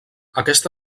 aquest